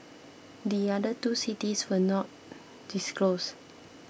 the other two cities were not disclosed